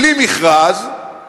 בלי מכרז,